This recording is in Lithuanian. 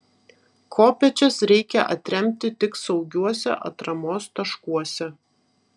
kopėčias reikia atremti tik saugiuose atramos taškuose